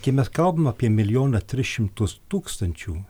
kai mes kalbam apie milijoną tris šimtus tūkstančių